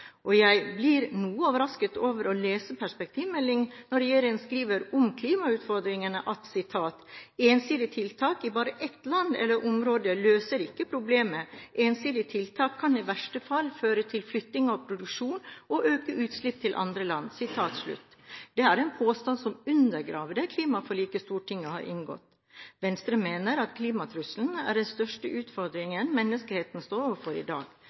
nylig. Jeg blir noe overrasket over å lese perspektivmeldingen når regjeringen skriver om klimautfordringen at «ensidige tiltak i bare ett land eller område løser ikke problemet. Ensidige tiltak kan i verste fall føre til flytting av produksjon og økte utslipp i andre land». Det er en påstand som undergraver det klimaforliket Stortinget har inngått. Venstre mener at klimatrusselen er den største utfordringen menneskeheten står overfor i dag.